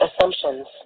assumptions